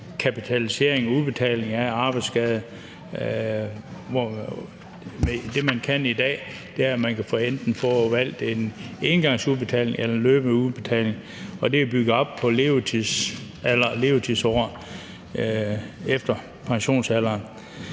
kapitaliseringen, udbetaling af arbejdsskadeerstatningen. Det, man kan i dag, er, at man enten kan vælge en engangsudbetaling eller en løbende udbetaling, og det er bygget op i forhold til levetidsår efter pensionsalderen.